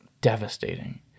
devastating